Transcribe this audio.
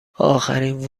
آخرین